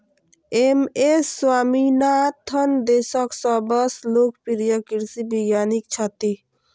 M S Swaminathan देशक सबसं लोकप्रिय कृषि वैज्ञानिक छथि